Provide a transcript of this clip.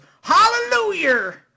Hallelujah